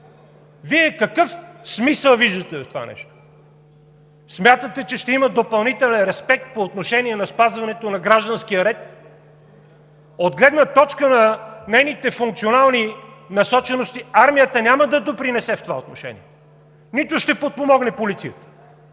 Какъв смисъл виждате Вие в това нещо? Смятате, че ще има допълнителен респект по отношение спазването на гражданския ред ли? От гледна точка на нейните функционални насочености армията няма да допринесе в това отношение, нито ще подпомогне полицията.